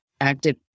active